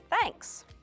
Thanks